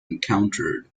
encountered